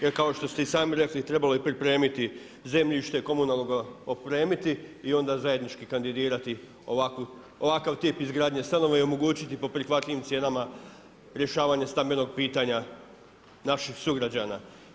Jer kao što ste i sami rekli trebalo je pripremiti zemljište, komunalno ga opremiti i onda zajednički kandidirati ovakav tip izgradnje stanova i omogućiti po prihvatljivim cijenama rješavanje stambenog pitanja naših sugrađana.